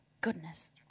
Goodness